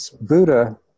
Buddha